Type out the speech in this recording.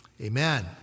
amen